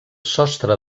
sostre